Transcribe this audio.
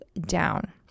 down